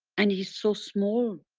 and he's so small.